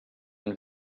been